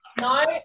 No